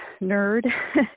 nerd